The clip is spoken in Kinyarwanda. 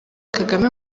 kagame